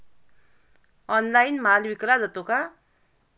Online माल विकला जातो का?